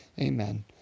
Amen